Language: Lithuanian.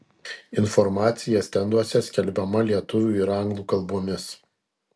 informacija stenduose skelbiama lietuvių ir anglų kalbomis